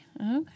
okay